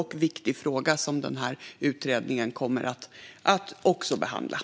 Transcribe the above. Utredningen kommer att behandla denna stora och viktiga fråga.